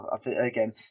again